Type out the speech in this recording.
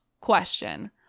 Question